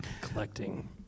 Collecting